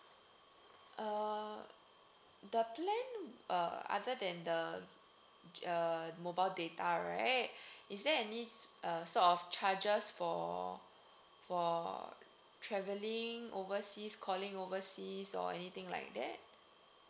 uh the plan uh other than the uh mobile data right is there any uh sort of charges for for travelling overseas calling overseas or anything like that